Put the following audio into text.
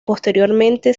posteriormente